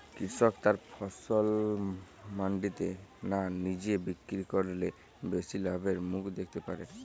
কৃষক তার ফসল মান্ডিতে না নিজে বিক্রি করলে বেশি লাভের মুখ দেখতে পাবে?